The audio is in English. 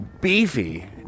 beefy